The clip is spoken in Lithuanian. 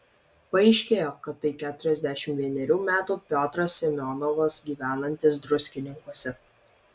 paaiškėjo kad tai keturiasdešimt vienerių metų piotras semionovas gyvenantis druskininkuose